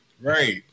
Right